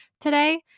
today